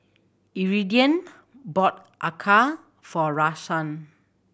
Iridian bought acar for Rahsaan